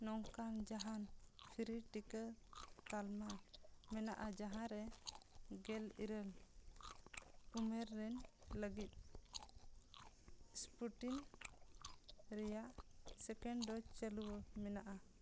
ᱱᱚᱝᱠᱟᱱ ᱡᱟᱦᱟᱱ ᱯᱷᱨᱤ ᱴᱤᱠᱟᱹ ᱛᱟᱞᱢᱟ ᱢᱮᱱᱟᱜᱼᱟ ᱡᱟᱦᱟᱸ ᱨᱮ ᱜᱮᱞ ᱤᱨᱟᱹᱞ ᱩᱢᱮᱹᱨ ᱨᱮᱱ ᱞᱟᱹᱜᱤᱫ ᱥᱯᱩᱴᱤᱱ ᱨᱮᱭᱟᱜ ᱥᱮᱠᱮᱱᱰ ᱰᱳᱡᱽ ᱪᱟᱹᱞᱩ ᱢᱮᱱᱟᱜᱼᱟ